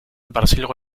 brasilgo